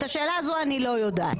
את השאלה הזו אני לא יודעת.